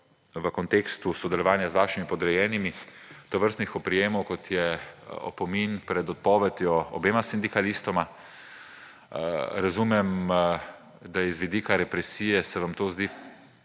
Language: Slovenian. v kontekstu sodelovanja z vašimi podrejenimi, tovrstnih prijemov, kot je opomin pred odpovedjo obema sindikalistoma. Razumem, da z vidika represije se vam to zdi,